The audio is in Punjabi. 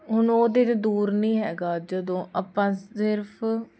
ਹੁਣ ਉਹ ਦਿਨ ਦੂਰ ਨਹੀਂ ਹੈਗਾ ਜਦੋਂ ਆਪਾਂ ਸਿਰਫ